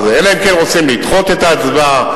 אלא אם כן רוצים לדחות את ההצבעה,